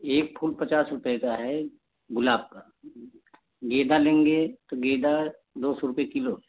एक फूल पचास रुपये का है गुलाब का गेदा लेंगे तो गेदा दो सौ रुपये किलो